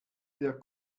der